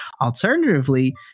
Alternatively